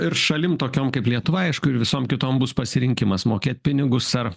ir šalim tokiom kaip lietuva aišku ir visom kitom bus pasirinkimas mokėt pinigus ar